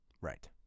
Right